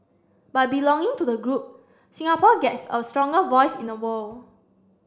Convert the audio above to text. by belonging to the group Singapore gets a stronger voice in the world